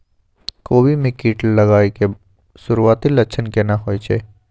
कोबी में कीट लागय के सुरूआती लक्षण केना होय छै